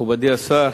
מכובדי השר,